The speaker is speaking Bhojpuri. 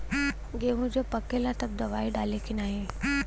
गेहूँ जब पकेला तब दवाई डाली की नाही?